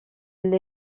elle